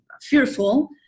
fearful